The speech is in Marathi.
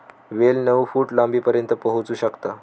वेल नऊ फूट लांबीपर्यंत पोहोचू शकता